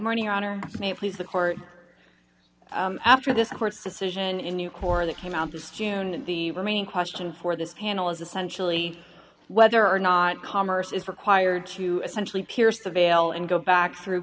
her may please the court after this court's decision in new corps that came out this june and the remaining question for this panel is essentially whether or not commerce is required to essentially pierce the veil and go back through